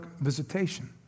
visitation